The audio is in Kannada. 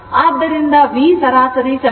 ಆದ್ದರಿಂದ V ಸರಾಸರಿ ಸಮೀಕರಣವು Vm 4 tdt ಎಂದು ಹೇಳಿದೆ